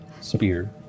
spear